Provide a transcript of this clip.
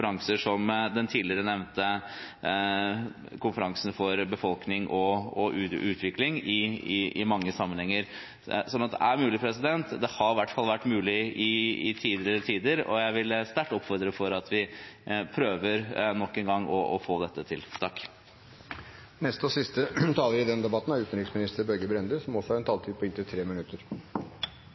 som den tidligere nevnte konferansen for befolkning og utvikling, i mange sammenhenger. Så det er mulig. Det har i hvert fall vært mulig i tidligere tider, og jeg vil sterkt oppfordre til at vi prøver nok en gang å få dette til.